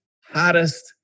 hottest